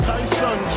Tyson